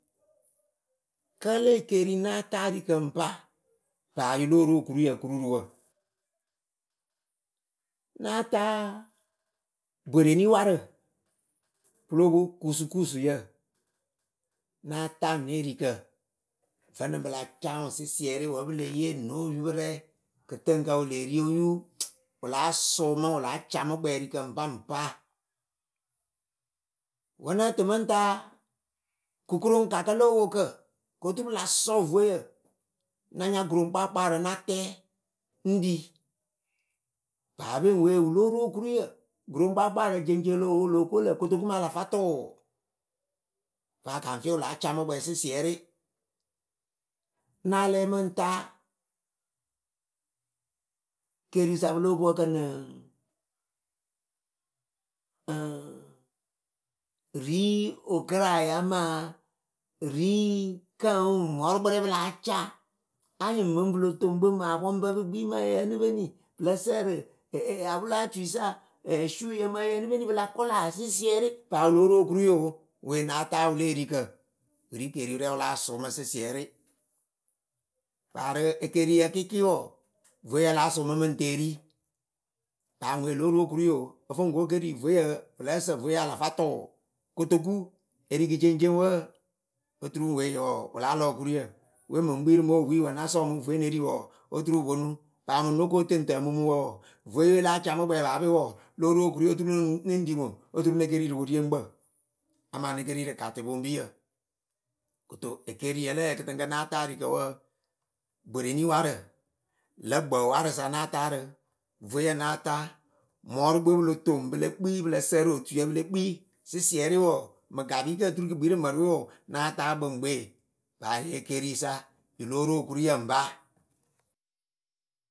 Kǝ le ekeri náa ta erikǝ ŋba paa yɨ lóo ru okuriyǝ kururu wǝ? Náa taa náa taa bwereni warǝ pɨ lóo pwo kusukusuyǝ, náa taa ne erikǝ. vǝnɨŋ pɨla caa ŋwɨ sɩsɩɛrɩ wǝ pɨle yee no oyupɨrɛ kɨtɨŋkǝ wɨ lee ri oyu, wɨ láa sʊmɨ wɨ láa camɨkpɛ erikǝ ŋbaŋpa. Wǝ nǝ tɨ mɨŋ taa kɨkɨroŋkakǝ lo owokǝ koturu pɨla sɔ vueyǝ na nya gɨroŋkpakpaarǝ na tɛ ŋ ɖi paape we wɨ lóo ru okuriyǝ. gɨroŋkpakpaarǝ jeŋceŋ o lóo wo wɨ lo ko lǝ kotoku ma alafatʊʊ paa kaŋfɩ wɨ láa camɨkpɛ sɩsɩɛrɩ náa lɛ mɨŋ taa keriwɨsa pɨ lóo pwo ǝkǝnɨŋ ŋŋ ri o gɨra amaa ri kǝŋŋ mɔrɨkpɨrɛ pɨ láa ca anyɩŋ mɨ pɨlo toŋkpɨ mɨŋ apɔŋbǝ pɨ kpi mɨ ǝyǝnǝ peni pɨlǝ sǝrɨ pʊla tuisa swuyǝ mɨ ǝyǝnɨ peni pɨla kʊla sɩsɩɛrɩ paa wɨ lóo ru okuriyoo we náa taa wɨ le erikǝ, wɨ ri keriwɨrɛ wɨ láa sʊ mɨ sɩsɩɛrɩ. paa rɨ ekeriyǝ kɩɩkɩ wɔɔ, vueyǝ láa sʊmɨ mɨŋ teeri. paa ŋwe lóo ru okuriyoo. o foŋ ko ekeri vueyǝ pɨ lǝ́ǝ sǝ vueyǝ alafatʊʊ, kotoku. erikɨceŋceŋ wǝǝ. oturu we wɔɔ wɨ láa lɔ okuriyǝ. we mɨŋ kpirɨ me ewiyǝ wǝ na sɔ mɨ vueyǝ ne ri wɔɔ oturu wɨ ponu. paa mɨŋ noko tɨŋtǝmumuŋwǝ wɔɔ, Vueye láa camɨkpɛ paape wɔɔ lóo ru okuriyǝ oturu nɨŋ ɖɨ ŋwɨ oturu neke ri rɨ wɨrieŋkpǝ amaa nekerirɨ katɩ poŋpiyǝ. Kɨto ekeriyǝ lǝ ǝyǝ náa taa erikǝ wǝǝ bwereniwarǝ, lǝ̌ gbǝ warɨsa náa taa rɨ, vueyǝ náa taa, mɔrɨkpɨwe pɨ lo toŋ pɨle kpi pɨlǝ sǝrɨ otuyǝ pɨle kpii sɩsɩɛrɩ wɔɔ mɨŋ gapikǝ oturu kɨ kpi rɨ mɨrɨwe wɔɔ, náa taa kpɨ ŋgbe paa yɨ ekerisa yɨ lóo ru okuriyɨ ŋpa.